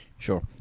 Sure